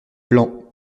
plan